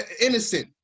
Innocent